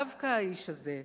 דווקא האיש הזה,